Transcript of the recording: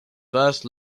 first